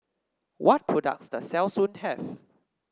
what products does Selsun have